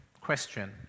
Question